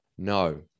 no